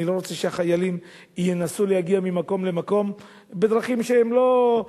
אני לא רוצה שהחיילים ינסו להגיע ממקום למקום בדרכים שהן לא,